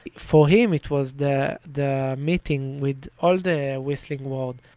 for him it was the the meeting with all the whistling world.